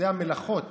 זה המלאכות